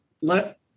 let